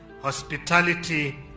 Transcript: hospitality